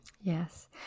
Yes